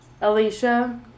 Alicia